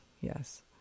yes